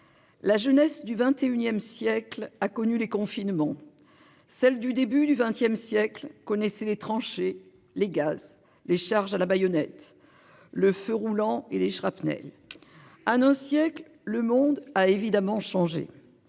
La jeunesse du XXIe siècle a connu les confinements celle du début du XXe siècle connaissait les tranchées, les gaz les charges à la baïonnette, le feu roulant et les shrapnel. Siècles. Le monde a évidemment changé.